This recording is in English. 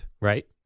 Right